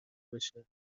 بشه